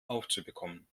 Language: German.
aufzubekommen